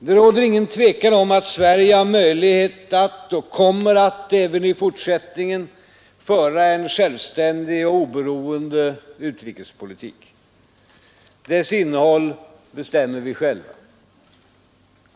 Det råder ingen tvekan om att Sverige har möjlighet att och även i fortsättningen kommer att föra en självständig och oberoende utrikespolitik. Dess innehåll bestämmer vi själva.